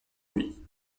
lui